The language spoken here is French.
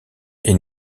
est